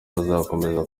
bazakomeza